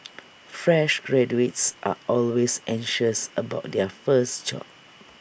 fresh graduates are always anxious about their first job